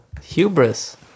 Hubris